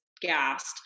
gassed